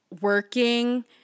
working